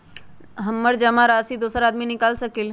हमरा जमा राशि दोसर आदमी निकाल सकील?